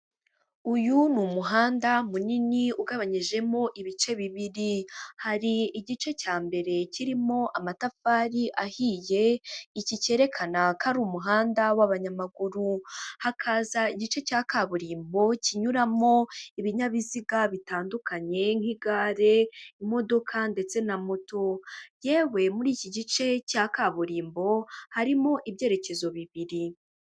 Uyu ni umuhanda munini ugabanyijemo ibice bibiri. Hari igice cya mbere kirimo amatafari ahiye, iki cyerekana ko ari umuhanda w'abanyamaguru. Hakaza igice cya kaburimbo kinyuramo ibinyabiziga bitandukanye nk'igare, imodoka ndetse na moto. Yewe muri iki gice cya kaburimbo harimo ibyerekezo bibiri.